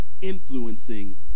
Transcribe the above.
influencing